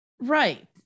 right